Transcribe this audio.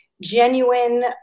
genuine